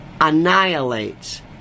annihilates